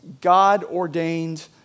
god-ordained